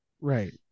Right